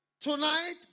Tonight